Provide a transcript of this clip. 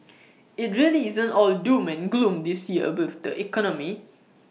IT really isn't all doom and gloom this year with the economy